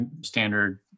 standard